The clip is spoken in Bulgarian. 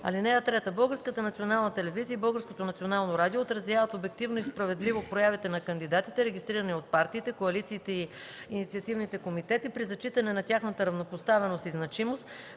форми. (3) Българската национална телевизия и Българското национално радио отразяват обективно и справедливо проявите на кандидатите, регистрирани от партиите, коалициите и инициативните комитети при зачитане на тяхната равнопоставеност и значимост